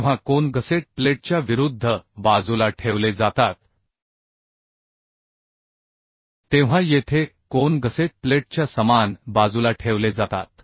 जेव्हा कोन गसेट प्लेटच्या विरुद्ध बाजूला ठेवले जातात तेव्हा येथे कोन गसेट प्लेटच्या समान बाजूला ठेवले जातात